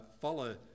follow